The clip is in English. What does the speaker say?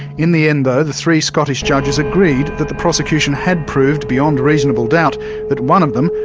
in the end though, the three scottish judges agreed that the prosecution had proved beyond reasonable doubt that one of them,